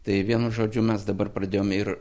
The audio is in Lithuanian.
tai vienu žodžiu mes dabar pradėjom ir